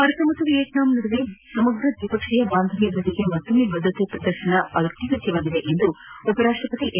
ಭಾರತ ಮತ್ತು ವಿಯ್ನಟಂ ನಡುವೆ ಸಮಗ್ರ ದ್ವಿಪಕ್ಷೀಯ ಬಾಂಧವ್ಯ ವೃದ್ಧಿಗೆ ಮತ್ತೊಮ್ಮೆ ಬದ್ಧತೆ ಪ್ರದರ್ಶಿಸುವುದು ಅತ್ಯಗತ್ಯವಾಗಿದೆ ಎಂದು ಉಪರಾಷ್ಟಪತಿ ಎಂ